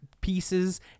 pieces